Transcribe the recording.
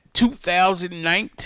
2019